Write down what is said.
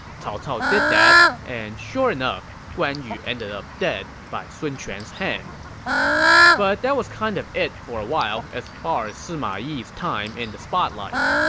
cao cao did that, and sure enough, guan yu ended up dead by sun quan's hand but that was kind of it for a while as far as sima yi's time in the spotlight.